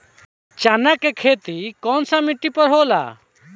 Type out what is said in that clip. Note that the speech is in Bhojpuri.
चन्ना के खेती कौन सा मिट्टी पर होला?